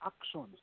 actions